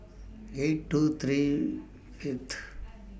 eight two three Fifth